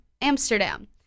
Amsterdam